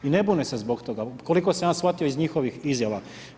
Ne bune se zbog toga, koliko sam ja shvatio iz njihovog izjava.